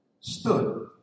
stood